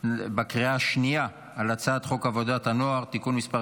בקריאה השנייה על הצעת חוק עבודת הנוער (תיקון מס'